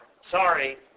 Sorry